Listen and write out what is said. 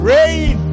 Rain